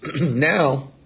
Now